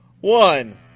one